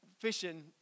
Fishing